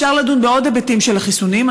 אפשר לדון בעוד היבטים של החיסונים.